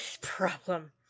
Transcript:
problem